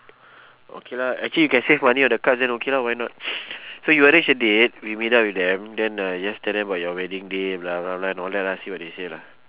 okay lah actually you can save money on the cards then okay lah why not so you arrange a date we meet up with them then uh you just tell them about your wedding day and all that lah see what they say lah